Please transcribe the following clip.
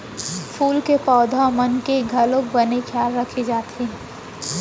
फूल के पउधा मन के घलौक बने खयाल राखे ल परथे